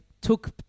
Took